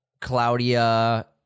Claudia